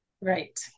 Right